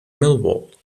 millwall